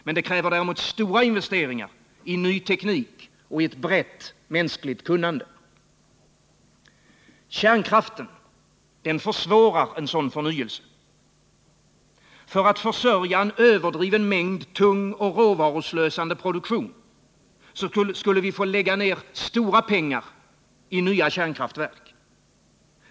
Men det kräver stora investeringar i ny teknik och i brett mänskligt kunnande. Kärnkraften försvårar en sådan förnyelse. För att försörja en överdriven mängd tung, råvaruslösande produktion skulle vi få lägga ned stora pengar i nya kärnkraftverk.